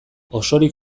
osorik